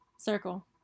circle